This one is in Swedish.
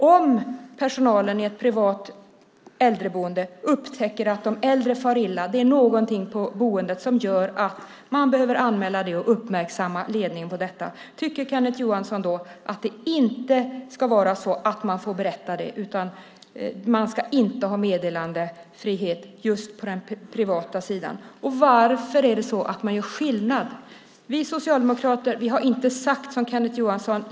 Om personalen på ett privat äldreboende upptäcker att de äldre far illa - det är någonting på boendet som gör att man behöver anmäla det och uppmärksamma ledningen på det - tycker Kenneth Johansson då att det inte ska vara så att man får berätta det? Man ska inte ha meddelarfrihet just på den privata sidan. Varför är det så att man gör skillnad? Kenneth Johansson lägger ord i mun på oss socialdemokrater.